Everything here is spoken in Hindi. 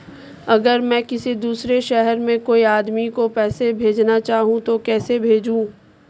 अगर मैं किसी दूसरे शहर में कोई आदमी को पैसे भेजना चाहूँ तो कैसे भेजूँ?